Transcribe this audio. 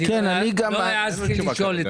לא העזתי לשאול.